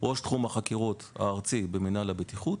ראש תחום החקירות הארצי במינהל הבטיחות,